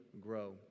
grow